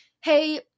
hey